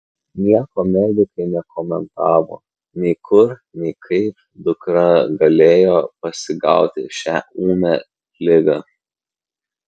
nieko medikai nekomentavo nei kur nei kaip dukra galėjo pasigauti šią ūmią ligą